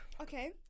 Okay